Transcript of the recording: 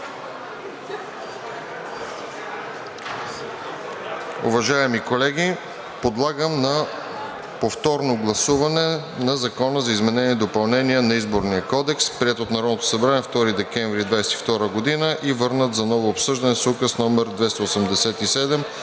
Уважаеми колеги, подлагам на повторно гласуване Закона за изменение и допълнение на Изборния кодекс, приет от Народното събрание на 2 декември 2022 г. и върнат за ново обсъждане с Указ № 287